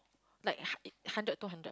like hun~ hundred two hundred